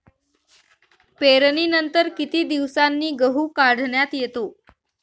पेरणीनंतर किती दिवसांनी गहू काढण्यात येतो?